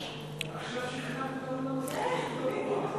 עכשיו שכנעת אותנו לא להצביע.